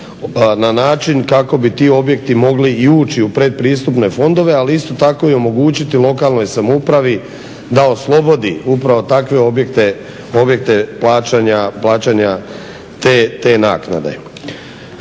na način kako bi ti objekti mogli i ući u predpristupne fondove ali isto tako i omogućiti lokalnoj samoupravi da oslobodi upravo takve objekte plaćanja te naknade.